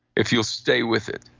if you'll stay with it.